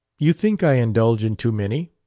you think i indulge in too many?